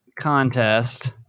contest